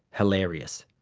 hilarious.